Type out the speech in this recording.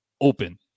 open